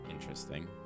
Interesting